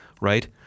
right